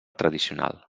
tradicional